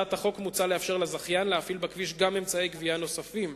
בהצעת החוק מוצע לאפשר לזכיין להפעיל בכביש גם אמצעי גבייה נוספים,